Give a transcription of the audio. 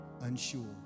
unsure